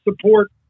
support